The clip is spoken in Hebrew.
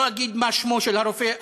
לא אגיד מה שמו של הרופא,